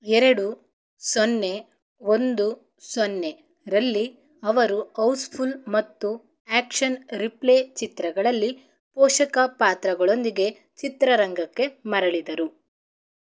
ಎರಡು ಸೊನ್ನೆ ಒಂದು ಸೊನ್ನೆರಲ್ಲಿ ಅವರು ಔಸ್ಫುಲ್ ಮತ್ತು ಆ್ಯಕ್ಷನ್ ರಿಪ್ಲೇ ಚಿತ್ರಗಳಲ್ಲಿ ಪೋಷಕ ಪಾತ್ರಗಳೊಂದಿಗೆ ಚಿತ್ರರಂಗಕ್ಕೆ ಮರಳಿದರು